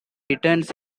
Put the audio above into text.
returns